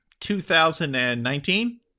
2019